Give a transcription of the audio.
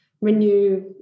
renew